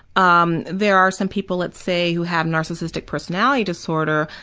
um there are some people, let's say, who have narcissistic personality disorder,